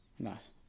nice